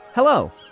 Hello